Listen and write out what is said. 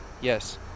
Yes